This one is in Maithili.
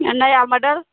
नया मॉडल